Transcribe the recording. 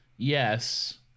Yes